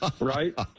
right